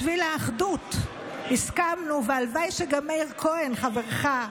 בשביל האחדות הסכמנו, והלוואי שגם מאיר כהן, חברך,